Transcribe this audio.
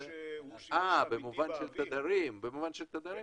במובן של תדרים,